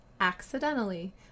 Accidentally